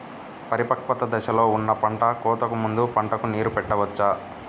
పరిపక్వత దశలో ఉన్న పంట కోతకు ముందు పంటకు నీరు పెట్టవచ్చా?